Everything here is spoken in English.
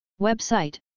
Website